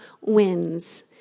wins